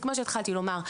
כמו שהתחלתי לומר,